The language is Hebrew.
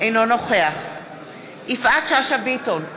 אינו נוכח יפעת שאשא ביטון,